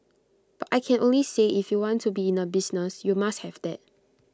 but I can only say if you want to be in A business you must have that